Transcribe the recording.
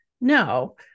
no